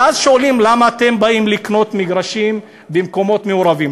ואז שואלים: למה אתם באים לקנות מגרשים במקומות מעורבים?